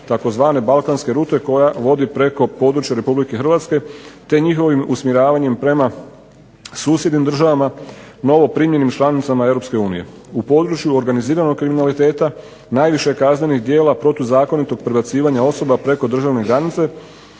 tzv. Balkanske rute koja vodi preko područja RH te njihovim usmjeravanjem prema susjednim državama, novoprimljenim članicama EU. U području organiziranog kriminaliteta najviše kaznenih djela protuzakonitog prebacivanja osoba preko državne granice,